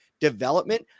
development